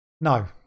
no